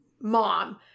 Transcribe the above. mom